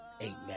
Amen